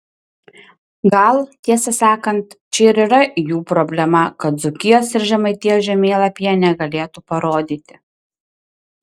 gal tiesą sakant čia ir yra jų problema kad dzūkijos ir žemaitijos žemėlapyje negalėtų parodyti